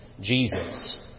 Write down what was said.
Jesus